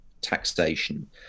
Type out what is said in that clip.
taxation